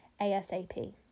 asap